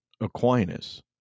Aquinas